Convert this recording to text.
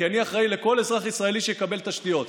כי אני אחראי לכך שכל אזרח ישראלי יקבל תשתיות.